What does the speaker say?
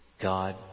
God